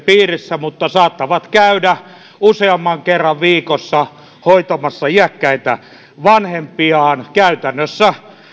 piirissä mutta saattavat käydä useamman kerran viikossa hoitamassa iäkkäitä vanhempiaan käytännössä